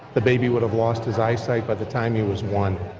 the baby would have lost his eyesight by the time he was one.